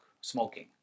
smoking